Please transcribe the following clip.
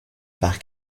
par